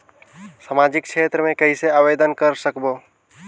समाजिक क्षेत्र मे कइसे आवेदन कर सकबो?